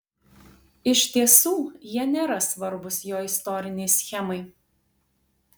iš tiesų jie nėra svarbūs jo istorinei schemai